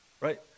right